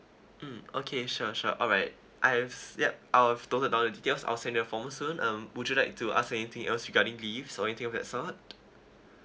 mm okay sure sure all right I've yup I've noted down all your details I'll send you all the form uh soon um would you like to ask anything else regarding leaves or anything of that sort